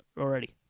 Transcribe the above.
already